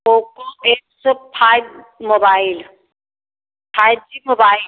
Poco एक सौ five mobile five G mobile